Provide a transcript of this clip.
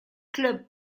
club